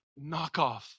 knockoff